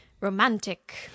romantic